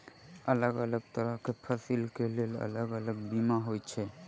अलग अलग तरह केँ फसल केँ लेल अलग अलग बीमा होइ छै?